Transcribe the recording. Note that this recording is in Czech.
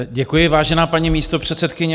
Děkuji, vážená paní místopředsedkyně.